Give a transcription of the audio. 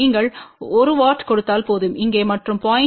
நீங்கள் 1 W கொடுத்தால் போதும் இங்கே மற்றும் 0